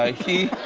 ah he.